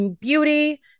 beauty